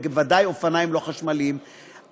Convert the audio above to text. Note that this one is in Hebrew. וודאי אופניים לא חשמליים,